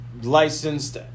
Licensed